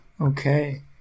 Okay